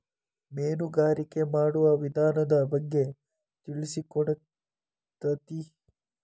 ಮೇನುಗಾರಿಕೆ ಮಾಡುವ ವಿಧಾನದ ಬಗ್ಗೆ ತಿಳಿಸಿಕೊಡತತಿ